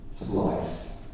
slice